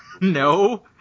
no